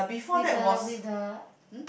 with the with the